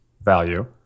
value